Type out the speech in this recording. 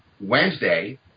Wednesday